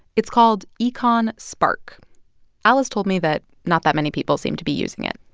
it's called econspark. alice told me that not that many people seem to be using it